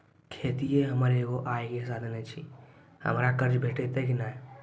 खेतीये हमर एगो आय के साधन ऐछि, हमरा कर्ज भेटतै कि नै?